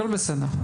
הכול בסדר.